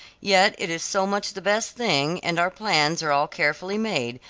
yet it is so much the best thing, and our plans are all carefully made,